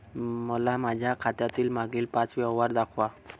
मला माझ्या खात्यातील मागील पांच व्यवहार दाखवा